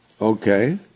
Okay